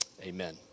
Amen